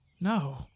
No